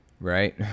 Right